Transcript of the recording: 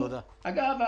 אגב,